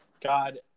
God